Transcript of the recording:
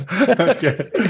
Okay